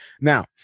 now